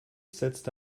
setzte